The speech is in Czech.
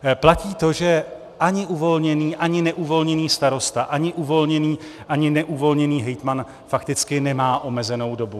Platí to, že ani uvolněný, ani neuvolněný starosta, ani uvolněný, ani neuvolněný hejtman fakticky nemá omezenou dobu.